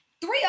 Three